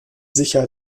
sicher